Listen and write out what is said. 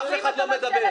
אף אחד לא מדבר.